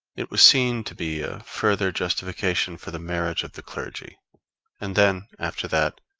it was seen to be a further justification for the marriage of the clergy and then, after that,